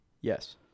yes